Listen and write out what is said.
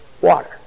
water